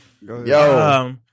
Yo